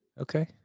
Okay